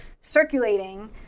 circulating